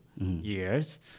years